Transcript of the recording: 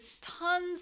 tons